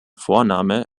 vorname